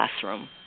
classroom